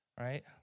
Right